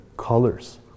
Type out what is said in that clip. colors